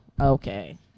Okay